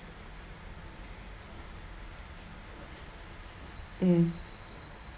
mm